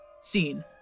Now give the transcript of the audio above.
Scene